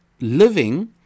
living